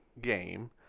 game